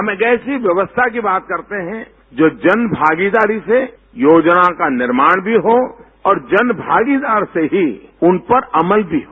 हम एक ऐसी व्यक्स्था की बात करते हैं जो जन भागीदारी से योजना का निर्माण भी हो और जन भागीदार से ही उन पर अमल भी हो